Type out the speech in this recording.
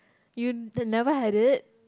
you they never had it